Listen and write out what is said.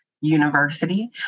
university